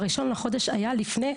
האחד לחודש היה לפני,